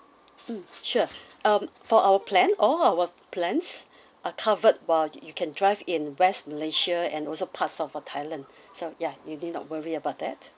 mm sure um for our plan all our plans are covered while you can drive in west malaysia and also parts of uh thailand so yeah you need not worry about that